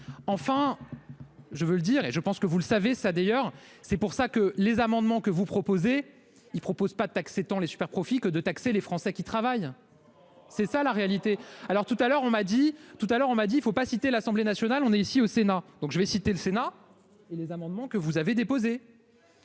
enfin. Je veux le dire et je pense que vous le savez ça d'ailleurs c'est pour ça que les amendements que vous proposez. Il propose pas de taxe étant les super profits que de taxer les Français qui travaillent. C'est ça la réalité. Alors tout à l'heure on m'a dit tout à l'heure on m'a dit faut pas citer l'Assemblée nationale. On est ici au Sénat, donc je vais citer le Sénat et les amendements que vous avez déposé.